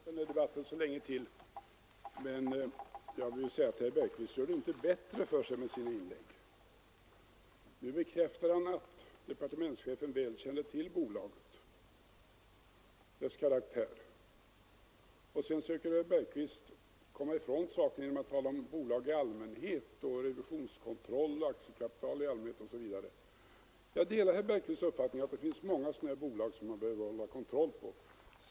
Herr talman! Vi skall väl inte fortsätta den här debatten så länge till, men jag vill säga att herr Bergqvist gör det inte bättre för sig med sina inlägg. Nu bekräftar han att departementschefen väl kände till bolaget och dess karaktär, och sedan söker herr Bergqvist komma ifrån saken genom att tala om bolag i allmänhet, revisionskontroll, aktiekapital osv. Jag delar herr Bergqvists uppfattning att det finns många sådana här bolag som man behöver hålla kontroll på.